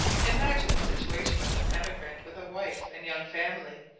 imagine the situation of an emigrant with a wife and young family,